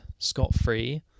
scot-free